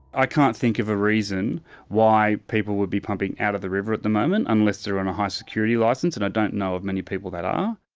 i can't think of a reason why people would be pumping out of the river at the moment unless they're on a high security licence, and i don't know of many people that are.